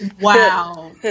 Wow